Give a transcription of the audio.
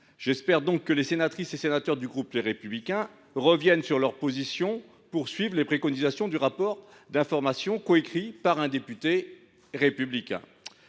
J’espère donc que les sénatrices et sénateurs du groupe Les Républicains reviendront sur leur position pour suivre les préconisations du rapport d’information coécrit par un député… des Républicains.